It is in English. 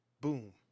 boom